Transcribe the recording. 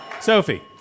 Sophie